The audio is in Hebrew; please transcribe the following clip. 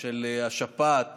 של השפעת